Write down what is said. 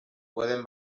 pueden